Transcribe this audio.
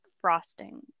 frosting